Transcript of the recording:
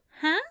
Huh